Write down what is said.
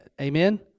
Amen